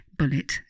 bullet